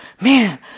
man